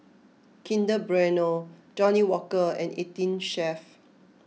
Kinder Bueno Johnnie Walker and eighteen Chef